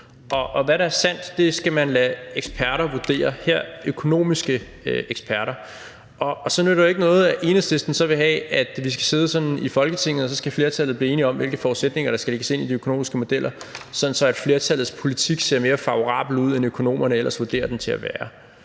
om, hvad der er sandt, skal man lade eksperter – i dette tilfælde økonomiske eksperter – vurdere. Og så nytter det jo ikke noget, at Enhedslisten vil have, at flertallet her i Folketinget skal blive enige om, hvilke forudsætninger der skal lægges ind i de økonomiske modeller, sådan at flertallets politik ser mere favorabel ud, end økonomerne ellers vurderer den til at være.